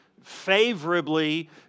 favorably